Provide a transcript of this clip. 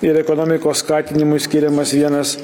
ir ekonomikos skatinimui skiriamas vienas